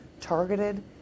targeted